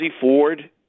Ford